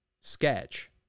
sketch